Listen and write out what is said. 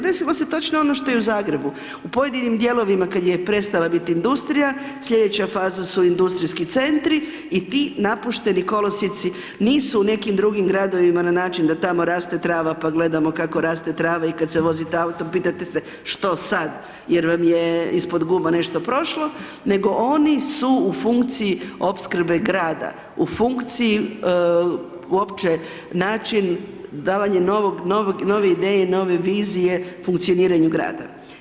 Desilo se točno ono što i u Zagrebu, u pojedinim dijelovima kada je prestala biti industrija, sljedeća faza su industrijski centri i ti napušteni kolosijeci nisu u nekim drugim gradovima na način da tamo raste trava pa gledamo kako raste trava i kada se vozite autom pitate se što sad jer vam je ispod guma nešto prošlo nego oni su u funkciji opskrbe grada, u funkciji uopće način, davanje nove ideje i nove vizije funkcioniranju grada.